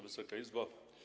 Wysoka Izbo!